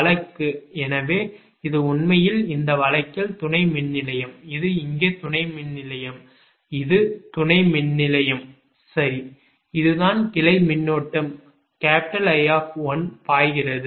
வழக்கு எனவே இது உண்மையில் இந்த வழக்கில் துணை மின்நிலையம் இது இங்கே துணை மின்நிலையம் இது துணை மின்நிலையம் சரி இதுதான் கிளை மின்னோட்டம் I பாய்கிறது